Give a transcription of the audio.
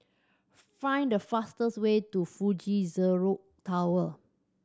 find the fastest way to Fuji Xerox Tower